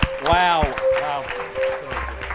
Wow